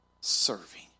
serving